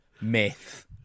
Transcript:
Myth